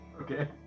Okay